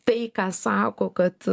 tai ką sako kad